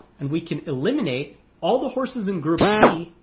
and we can eliminate all the horses in group c,